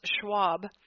Schwab